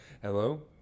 Hello